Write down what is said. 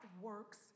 works